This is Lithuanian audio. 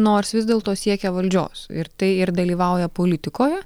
nors vis dėlto siekia valdžios ir tai ir dalyvauja politikoje